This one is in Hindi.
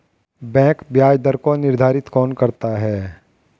बैंक ब्याज दर को निर्धारित कौन करता है?